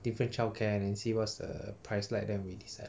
different child care and see what's the price like then we decide